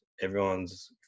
everyone's